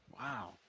Wow